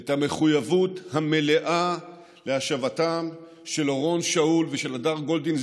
את המחויבות המלאה להשבתם של אורון שאול ושל הדר גולדין,